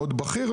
מאוד בכיר,